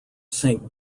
saint